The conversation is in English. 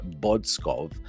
Bodskov